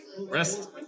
Rest